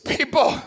people